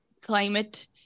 climate